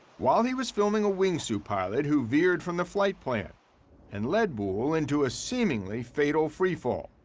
while he was filming a wingsuit pilot who veered from the flight plan and led boole into a seemingly fatal free fall.